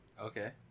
Okay